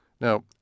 Now